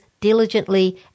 diligently